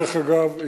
דרך אגב,